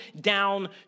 down